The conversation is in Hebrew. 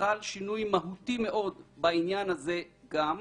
חל שינוי מהותי מאוד בעניין הזה גם.